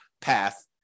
path